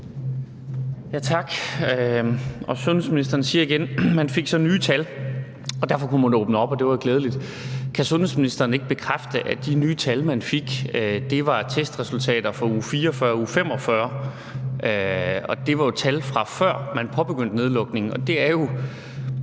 Tak. Sundhedsministeren siger igen, at man så fik nye tal, og derfor kunne man åbne op, og det var jo glædeligt. Kan sundhedsministeren ikke bekræfte, at de nye tal, som man fik, var testresultater fra uge 44 og uge 45? Det var jo tal, fra før man påbegyndte nedlukningen, og det er jo